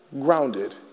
grounded